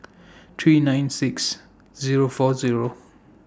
three nine six Zero four Zero